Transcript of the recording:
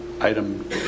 item